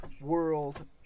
World